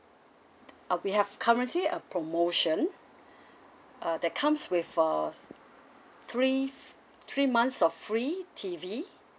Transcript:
uh we have currently a promotion uh that comes with a three three months of free T_V